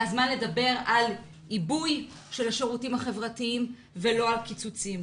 זה הזמן לדבר על עיבוי של השירותים החברתיים ולא על קיצוצים.